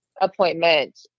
appointment